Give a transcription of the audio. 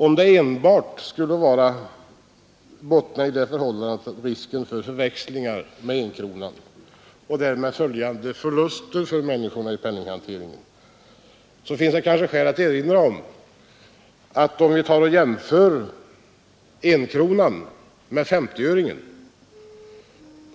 Om den enbart skulle bottna i det förhållandet att risken för förväxlingar med enkronan och därmed följande förluster för människorna i penninghanteringen, så finns det kanske skäl att erinra om att om vi jämför enkronan med femtioöringen,